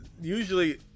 usually